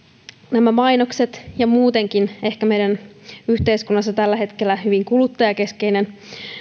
nämä mainokset ja muutenkin ehkä meidän yhteiskunnassamme tällä hetkellä hyvin kuluttajakeskeinen